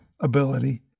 ability